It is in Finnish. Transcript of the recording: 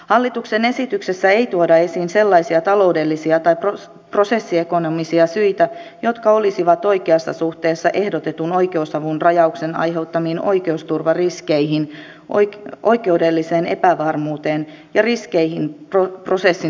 hallituksen esityksessä ei tuoda esiin sellaisia taloudellisia tai prosessiekonomisia syitä jotka olisivat oikeassa suhteessa ehdotetun oikeusavun rajauksen aiheuttamiin oikeusturvariskeihin oikeudelliseen epävarmuuteen ja riskeihin prosessin sujuvuudelle